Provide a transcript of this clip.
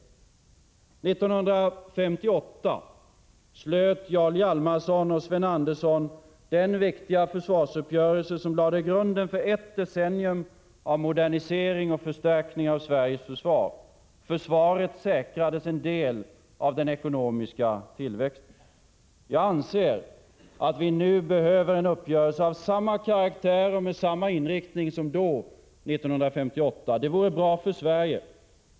År 1958 slöt Jarl Hjalmarsson och Sven Andersson den viktiga försvarsuppgörelse som lade grunden för ett decennium av modernisering och förstärkning av Sveriges försvar. Försvaret säkrades en del av den ekonomiska tillväxten. Jag anser att vi nu behöver en uppgörelse av samma karaktär och med samma inriktning som då, 1958. Det vore bra för Sverige.